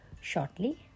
Shortly